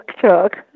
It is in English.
Chuck